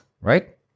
right